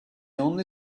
only